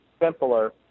simpler